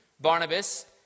Barnabas